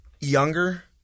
younger